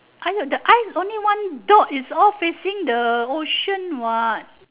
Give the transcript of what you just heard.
!aiyo! the eyes is only one dot is all facing the ocean what